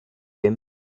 him